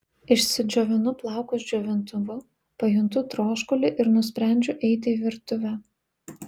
išsidžiovinu plaukus džiovintuvu pajuntu troškulį ir nusprendžiu eiti į virtuvę